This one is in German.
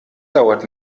dauert